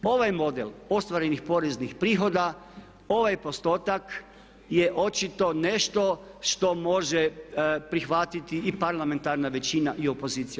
Ovaj model ostvarenih poreznih prihoda, ovaj postotak je očito nešto što može prihvatiti i parlamentarna većina i opozicija.